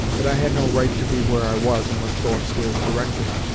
that i had no right to be where i was, and must go upstairs directly.